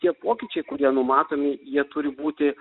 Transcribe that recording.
tie pokyčiai kurie numatomi jie turi būti